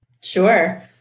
Sure